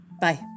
bye